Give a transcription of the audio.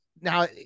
Now